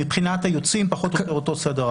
מבחינת היוצאים, פחות או יותר אותו סדר גודל.